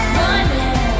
running